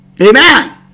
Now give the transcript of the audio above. Amen